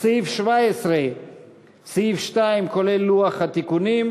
2 כולל לוח התיקונים.